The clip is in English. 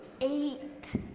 eight